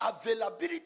Availability